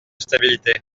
stabilité